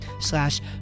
slash